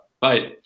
bye